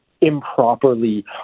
improperly